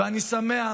ואני שמח